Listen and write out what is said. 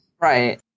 Right